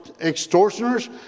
extortioners